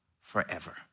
forever